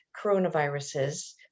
coronaviruses